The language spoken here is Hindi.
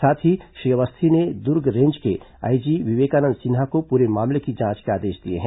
साथ ही श्री अवस्थी ने दुर्ग रेंज के आईजी विवेकानंद सिन्हा को पूरे मामले की जांच के आदेश दिए हैं